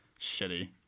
shitty